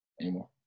Anymore